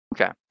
Okay